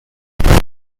meta